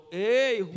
hey